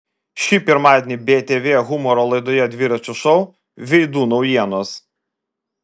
šį pirmadienį btv humoro laidoje dviračio šou veidų naujienos